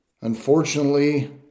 Unfortunately